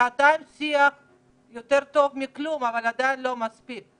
שעתיים שיח יותר טוב מכלום אבל עדיין לא מספיק.